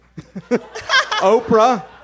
Oprah